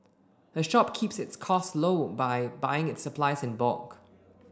the shop keeps its costs low by buying its supplies in bulk